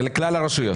זה לכלל הרשויות.